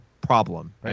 problem